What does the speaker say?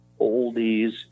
oldies